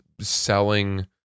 selling